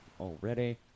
already